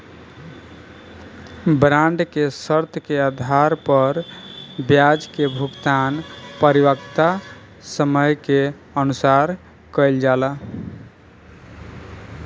bond के शर्त के आधार पर ब्याज के भुगतान परिपक्वता समय के अनुसार कईल जाला